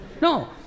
No